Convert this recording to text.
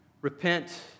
Repent